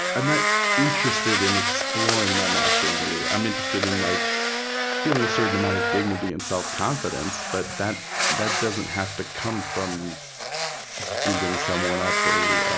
i'm not interested in exploring my masculinity. i'm interested in like feeling a certain amount of dignity and self-confidence, but that that doesn't have to come from beating someone up or,